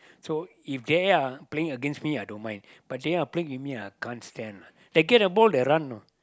so if they are playing against me I don't mind but they are playing with me ah I can't stand lah they get the ball they run you know